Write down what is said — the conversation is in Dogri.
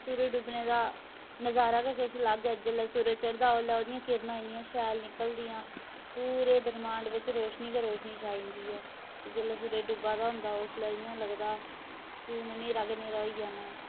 सूरज डुब्बने दा नजारा गै किश अलग जेल्लै सूरज चढ़दा ओल्लै ओह्दियां किरनां इन्नियां शैल निकलदियां पूरे ब्रह्मण्ड बिच्च रोशनी गै रोशनी छाई जंदी ऐ जेल्लै सुरज डुब्बा दा होंदा उसलै इ'यां लगदा कि हून न्हेरा गै न्हेरा होई जाना